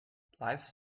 lifes